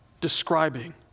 describing